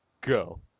go